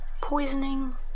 Poisoning